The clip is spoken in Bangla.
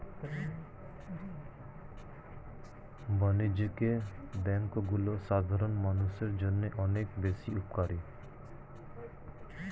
বাণিজ্যিক ব্যাংকগুলো সাধারণ মানুষের জন্য অনেক বেশি উপকারী